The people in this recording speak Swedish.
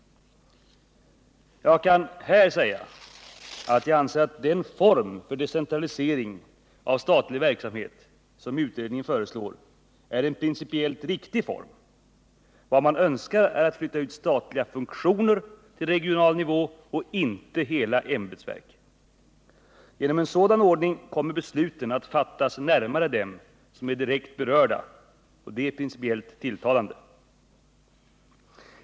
Jag kan här säga att jag anser att den form för decentralisering av statlig verksamhet som utredningen föreslår är en principiellt riktig form. Vad man önskar är att flytta ut statliga funktioner till regional nivå och inte hela ämbetsverk. Genom en sådan ordning kommer besluten att fattas närmare dem som är direkt berörda. Det är principiellt tilltalande.